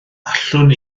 allwn